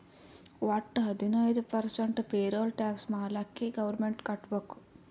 ವಟ್ಟ ಹದಿನೈದು percent payroll tax ಮಾಲ್ಲಾಕೆ ಗೌರ್ಮೆಂಟ್ಗ್ ಕಟ್ಬೇಕ್